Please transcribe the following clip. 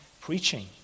preaching